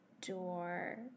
door